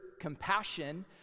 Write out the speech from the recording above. Compassion